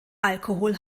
alkohol